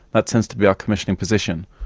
that tends to be our commissioning position,